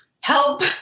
help